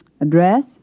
Address